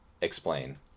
explain